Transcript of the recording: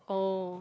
oh